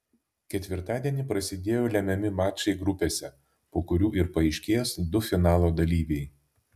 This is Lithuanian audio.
ketvirtadienį prasidėjo lemiami mačai grupėse po kurių ir paaiškės du finalo dalyviai